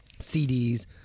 CDs